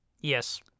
Yes